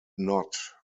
not